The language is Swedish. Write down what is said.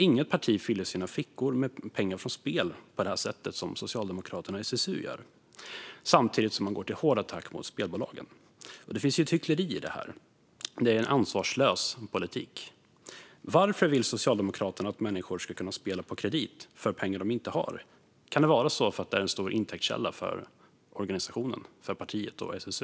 Inget parti fyller sina fickor med pengar från spel på det sätt som Socialdemokraterna och SSU gör, samtidigt som de går till hård attack mot spelbolagen. Det finns ett hyckleri i detta. Det är en ansvarslös politik. Varför vill Socialdemokraterna att människor ska kunna spela på kredit för pengar som de inte har? Kan det vara för att det är en stor intäktskälla för organisationen, för partiet och för SSU?